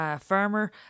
farmer